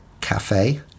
cafe